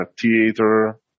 theater